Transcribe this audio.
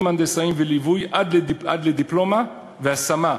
הנדסאים וליווי עד לדיפלומה והשמה,